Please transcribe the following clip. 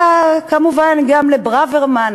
וכמובן גם לברוורמן,